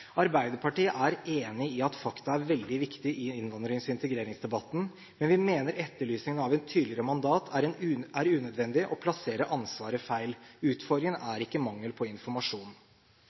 Arbeiderpartiet er enig i at fakta er veldig viktig i innvandrings- og integreringsdebatten, men vi mener etterlysningen av et tydeligere mandat er unødvendig og plasserer ansvaret feil. Utfordringen er ikke mangel på informasjon.